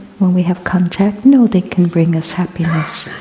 when we have contact, no, they can bring us happiness.